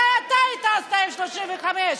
מתי אתה הטסת F-35?